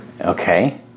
Okay